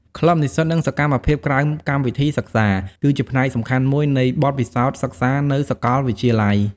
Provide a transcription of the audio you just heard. ក្លឹបនិស្សិត និងសកម្មភាពក្រៅកម្មវិធីសិក្សា គឺជាផ្នែកសំខាន់មួយនៃបទពិសោធន៍សិក្សានៅសាកលវិទ្យាល័យ។